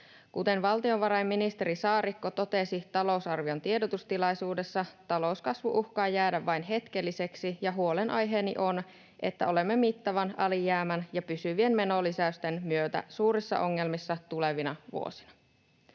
Kuten valtiovarainministeri Saarikko totesi talousarvion tiedotustilaisuudessa, talouskasvu uhkaa jäädä vain hetkelliseksi, ja huolenaiheeni on, että olemme mittavan alijäämän ja pysyvien menolisäysten myötä suurissa ongelmissa tulevina vuosina.